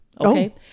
Okay